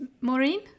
Maureen